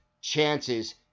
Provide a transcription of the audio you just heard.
chances